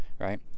right